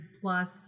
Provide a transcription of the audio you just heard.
plus